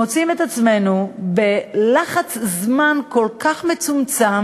מוצאים את עצמנו בלחץ של זמן כל כך מצומצם,